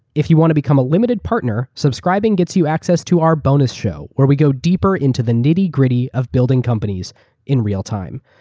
if you want to become a limited partner, subscribing gets you access to our bonus show, where we go deeper into the nitty-gritty of building companies in real time.